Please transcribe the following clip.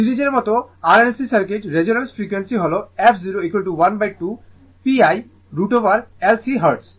সিরিজের মতো RLC circuit resonant frequency হল f 012 pI√ L C hertz